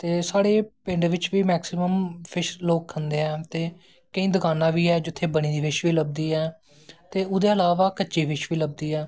ते साढ़े पिंड बिच्च बी लोग मैकसिमम फिश खंदे ऐं ते केंई दकानां बी हैं जित्थोें बनी दी फिश लब्भदी ऐ ते ओह्दे इलावा कच्ची फिश बी लभदी ऐ